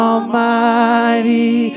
Almighty